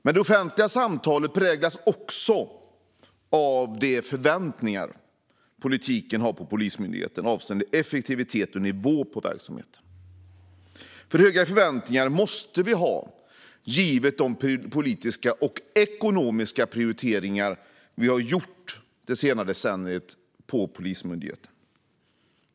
Det offentliga samtalet präglas också av de förväntningar politiken har på Polismyndigheten avseende effektivitet och nivå på verksamheten. Höga förväntningar måste vi ha, givet de politiska och ekonomiska prioriteringar som gjorts inom Polismyndigheten det senaste decenniet.